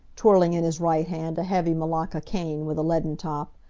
twirling in his right hand a heavy malacca cane with a leaden top.